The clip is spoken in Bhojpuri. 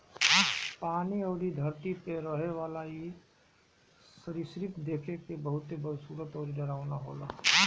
पानी अउरी धरती पे रहेवाला इ सरीसृप देखे में बहुते बदसूरत अउरी डरावना होला